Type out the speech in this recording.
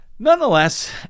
Nonetheless